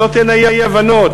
שלא תהיינה אי-הבנות,